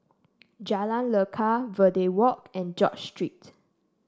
Jalan Lekar Verde Walk and George Street